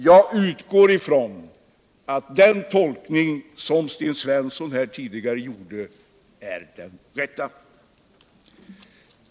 jag utgår från att Sten Svenssons tolkning är den rätta.